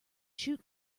shoot